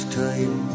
time